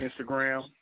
Instagram